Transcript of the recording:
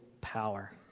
power